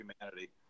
Humanity